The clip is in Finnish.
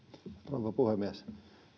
rouva puhemies